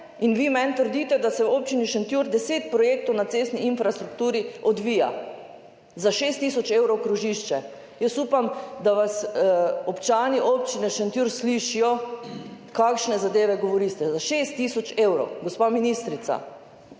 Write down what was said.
In vi meni trdite, da se v občini Šentjur deset projektov na cestni infrastrukturi odvija. Za 6 tisoč evrov krožišče. Jaz upam, da vas občani Občine Šentjur slišijo, kakšne zadeve govorite. Za 6 tisoč evrov. Gospa ministrica,